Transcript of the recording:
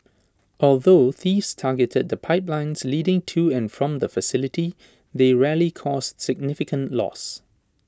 although thieves targeted the pipelines leading to and from the facility they rarely caused significant loss